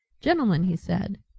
gentlemen, he said,